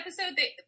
episode